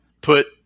put